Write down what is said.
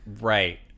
Right